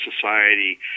society